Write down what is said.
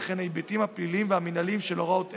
וכן ההיבטים הפליליים והמינהליים של הוראות אלו,